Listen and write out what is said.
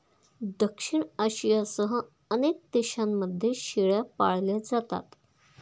दक्षिण आशियासह अनेक देशांमध्ये शेळ्या पाळल्या जातात